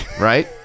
Right